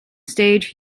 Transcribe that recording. stage